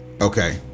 Okay